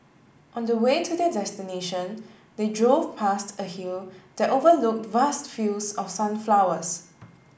on the way to their destination they drove past a hill that overlooked vast fields of sunflowers